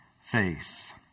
faith